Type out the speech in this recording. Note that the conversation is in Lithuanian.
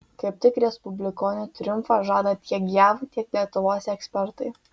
kaip tik respublikonų triumfą žada tiek jav tiek lietuvos ekspertai